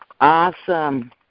Awesome